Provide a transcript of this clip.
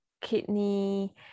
kidney